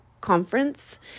conference